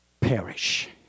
perish